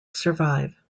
survive